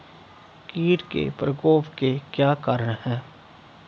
कीट के प्रकोप के क्या कारण हैं?